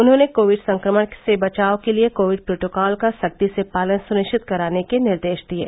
उन्होंने कोविड संक्रमण से बचाव के लिये कोविड प्रोटोकॉल का सख्ती से पालन सुनिश्चित कराने के निर्देश दिये